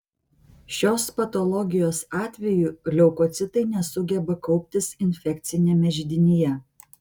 šios patologijos atveju leukocitai nesugeba kauptis infekciniame židinyje